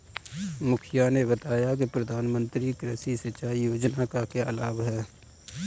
मुखिया ने बताया कि प्रधानमंत्री कृषि सिंचाई योजना का क्या लाभ है?